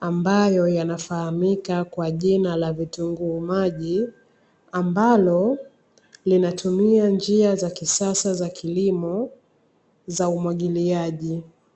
ambayo yanafahamika kwa jina la vitunguu maji, ambalo linatumia njia za kisasa za kilimo za umwagiliaji.